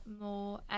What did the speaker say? more